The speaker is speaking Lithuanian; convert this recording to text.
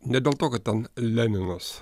ne dėl to kad ten leninas